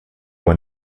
were